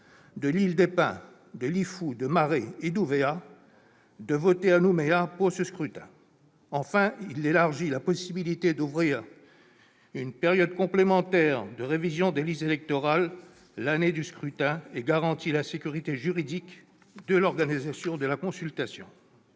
de l'île des Pins, de Lifou, de Maré et d'Ouvéa de voter à Nouméa pour ce scrutin. Enfin, il élargit la possibilité d'ouvrir une période complémentaire de révision des listes électorales l'année du scrutin et garantit la sécurité juridique de l'organisation de la consultation.